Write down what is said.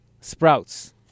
Sprouts